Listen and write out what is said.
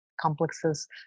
complexes